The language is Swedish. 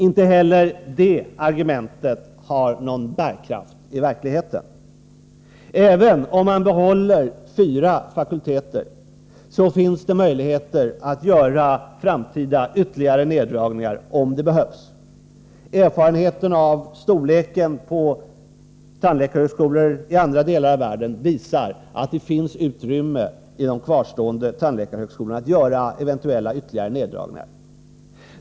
Inte heller det argumentet har någon bärkraft i verkligheten. Även om man behåller fyra fakulteter finns det möjligheter att vid behov göra ytterligare neddragningar i framtiden. Erfarenheten av storleken på tandläkarhögskolor i andra delar av världen visar att det finns utrymme i de kvarvarande tandläkarhögskolorna att göra eventuella ytterligare neddragningar.